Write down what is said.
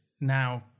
now